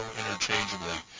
interchangeably